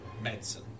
Medicine